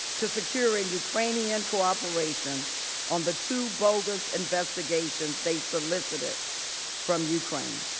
to securing ukrainian cooperation on the two focus investigations they solicited from ukraine.